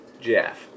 Jeff